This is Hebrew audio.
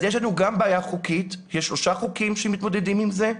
אז יש לנו גם בעיה חוקית - יש שלושה חוקים שמתמודדים עם זה,